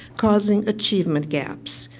causing achievement gaps.